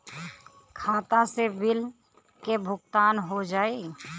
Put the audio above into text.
खाता से बिल के भुगतान हो जाई?